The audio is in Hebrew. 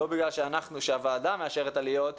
לא בגלל שהוועדה מאשרת עליות,